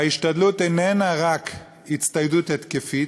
וההשתדלות איננה רק הצטיידות התקפית,